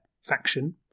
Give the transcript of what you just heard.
faction